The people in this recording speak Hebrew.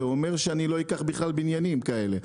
זה אומר שאני לא אקח בכלל בניינים כאלה.